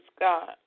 God